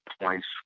points